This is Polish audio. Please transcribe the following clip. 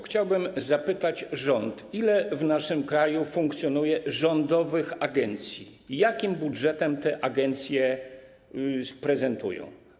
Chciałbym zapytać rząd, ile w naszym kraju funkcjonuje rządowych agencji i jakim budżetem te agencje dysponują.